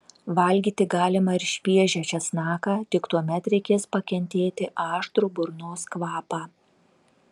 valgyti galima ir šviežią česnaką tik tuomet reikės pakentėti aštrų burnos kvapą